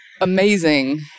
amazing